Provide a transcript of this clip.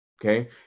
okay